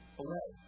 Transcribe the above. away